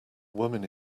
woman